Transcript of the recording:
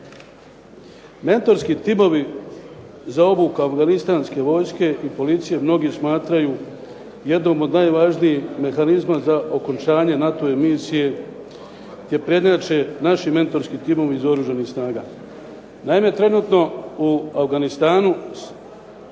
Mentorski timovi za obuku afganistanske vojske i policije mnogi smatraju jednom od najvažnijih mehanizama za okončanje NATO-ove misije gdje prednjače naši mentorski timovi iz oružanih snaga. Naime, trenutno u Afganistanu